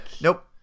Nope